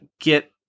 get